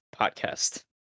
podcast